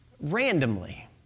randomly